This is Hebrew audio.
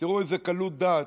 תראו איזה קלות דעת: